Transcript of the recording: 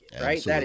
right